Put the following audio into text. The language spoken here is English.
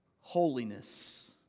holiness